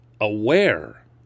aware